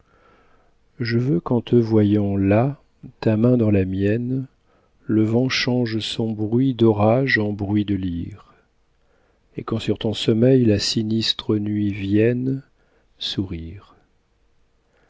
je veux qu'en te voyant là ta main dans la mienne le vent change son bruit d'orage en bruit de lyre et que sur ton sommeil la sinistre nuit vienne sourire